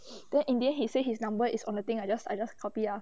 then in the end he said he's number is on the thing I just I just copy ah